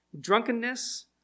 drunkenness